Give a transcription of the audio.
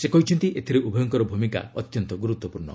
ସେ କହିଛନ୍ତି ଏଥିରେ ଉଭୟଙ୍କର ଭୂମିକା ଅତ୍ୟନ୍ତ ଗୁରୁତ୍ୱପୂର୍ଣ୍ଣ